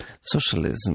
Socialism